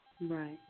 Right